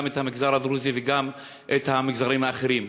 את המגזר הדרוזי וגם את המגזרים האחרים.